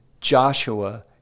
Joshua